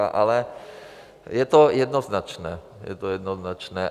Ale je to jednoznačné, je to jednoznačné.